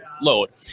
load